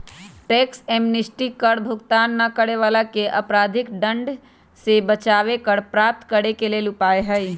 tax amnesty कर भुगतान न करे वलाके अपराधिक दंड से बचाबे कर प्राप्त करेके लेल उपाय हइ